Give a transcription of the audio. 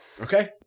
Okay